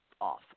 off